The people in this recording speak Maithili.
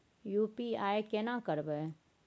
यु.पी.आई केना करबे?